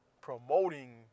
promoting